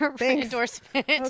endorsement